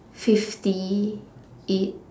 fifty eight